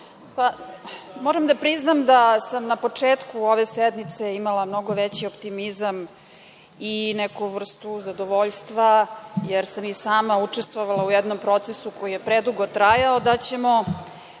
da priznam da sam na početku ove sednice imala mnogo veći optimizam i neku vrstu zadovoljstva, jer sam i sama učestvovala u jednom procesu koji je predugo trajao, da ćemo